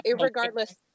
regardless